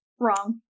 Wrong